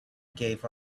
gave